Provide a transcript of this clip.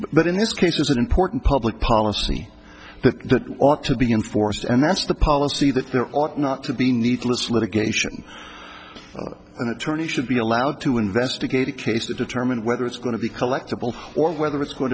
but in this case is an important public policy that ought to be enforced and that's the policy that there ought not to be needless litigation an attorney should be allowed to investigate a case to determine whether it's going to be collectable or whether it's going